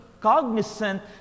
cognizant